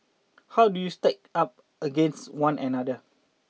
how do they stack up against one another